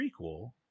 prequel